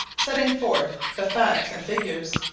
setting forth the facts and figures.